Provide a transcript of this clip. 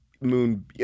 Moon